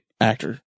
actor